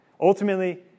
Ultimately